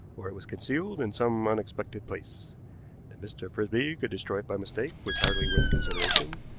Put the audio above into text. or it was concealed in some unexpected place. that mr. frisby could destroy it by mistake was hardly worth consideration,